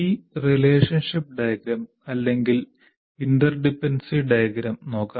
ഈ ബന്ധ രേഖാചിത്രം അല്ലെങ്കിൽ പരസ്പരാശ്രിത രേഖാചിത്രം നോക്കാം